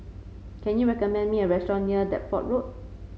can you recommend me a restaurant near Deptford Road